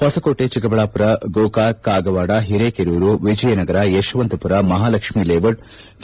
Hosakote Chikkaballapura Gokak Kagwad Hirekerur Vijayanagara Yeshwanthpur Mahalakshmi Layout K